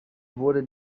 wurde